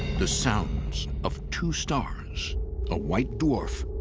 the sounds of two stars a white dwarf